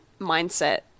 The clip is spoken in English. mindset